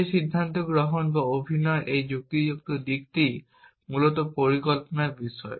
সেই সিদ্ধান্ত গ্রহণ বা অভিনয়ের এই যুক্তিগত দিকটিই মূলত পরিকল্পনার বিষয়